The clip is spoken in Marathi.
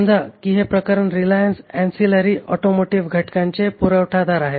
समजा की हे प्रकरण रिलायन्स अँसिलरी ऑटोमोटिव्ह घटकांचे पुरवठादार आहेत